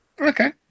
Okay